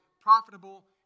profitable